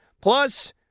Plus